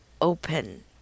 open